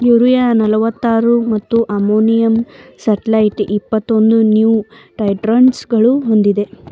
urea ನಲ್ವತ್ತಾರು ಮತ್ತು ammonium sulphate ಇಪ್ಪತ್ತೊಂದು ನ್ಯೂಟ್ರಿಯೆಂಟ್ಸಗಳನ್ನು ಹೊಂದಿದೆ